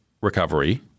recovery